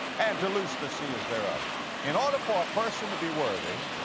and to loose the seals thereof in order for a person to be worthy,